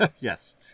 Yes